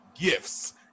gifts